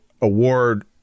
award